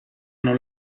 hanno